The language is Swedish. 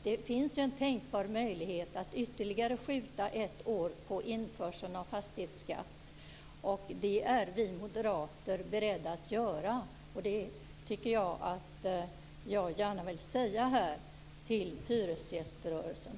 Det finns ju en tänkbar möjlighet att skjuta på införseln av fastighetsskatten ytterligare ett år. Det är vi moderater beredda att göra. Jag tycker att jag gärna vill säga det här till hyresgäströrelsen.